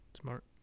Smart